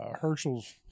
Herschel's